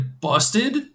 busted